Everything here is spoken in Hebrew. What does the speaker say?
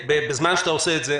ובזמן שאתה עושה את זה,